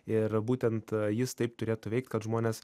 ir būtent jis taip turėtų veikt kad žmonės